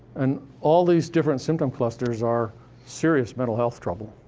and all these different symptoms clusters are serious mental health trouble.